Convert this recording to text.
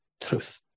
truth